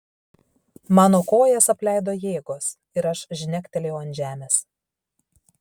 mano kojas apleido jėgos ir aš žnegtelėjau ant žemės